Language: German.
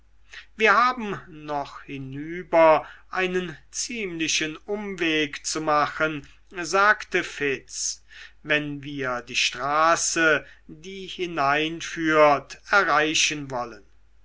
wir haben noch hinüber einen ziemlichen umweg zu machen sagte fitz wenn wir die straße die hineinführt erreichen wollen